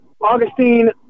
Augustine